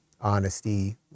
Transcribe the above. honesty